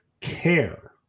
care